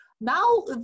Now